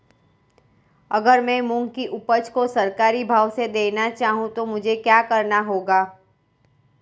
अगर मैं मूंग की उपज को सरकारी भाव से देना चाहूँ तो मुझे क्या करना होगा?